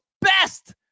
best